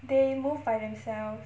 they move by themselves